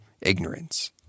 ignorance